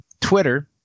Twitter